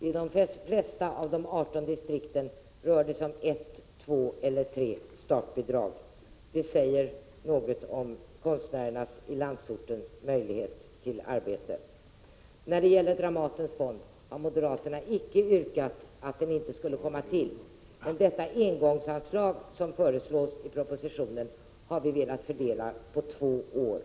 I de flesta av de 18 distrikten rör det sig om ett, två eller tre startbidrag. Det säger något om landsortskonstnärernas möjlighet till arbete. När det gäller Dramatens fond har moderaterna icke yrkat att den inte skulle komma till, men det engångsanslag som föreslås i propositionen har vi velat fördela på två år.